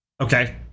Okay